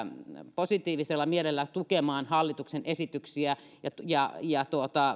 positiivisella mielellä tukemassa hallituksen esityksiä ja ja